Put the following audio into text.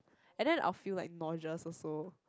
and then I will feel like nauseous also